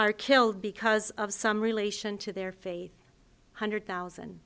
are killed because of some relation to their faith hundred thousand